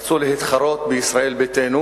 אנשי קדימה רצו להתחרות בישראל ביתנו